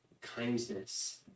kindness